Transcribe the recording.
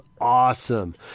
awesome